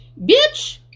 bitch